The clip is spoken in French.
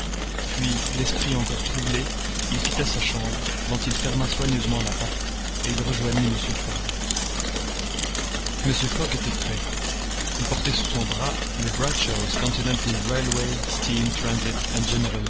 puis l'esprit encore troublé il quitta sa chambre dont il ferma soigneusement la porte et il rejoignit mr fogg mr fogg était prêt il portait sous son bras le bradshaw's continental railway steam transit